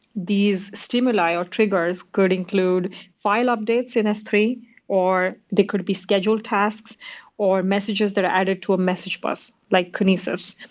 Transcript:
these stimuli or triggers could include file updates in s three or they could be scheduled tasks or messages that are added to a message bus, like kinesis.